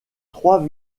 trois